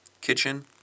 kitchen